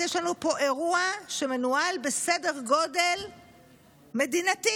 יש לנו פה אירוע שמנוהל בסדר גודל מדינתי.